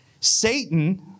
Satan